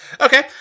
Okay